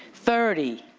thirty.